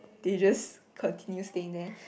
they just continue staying there